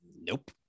nope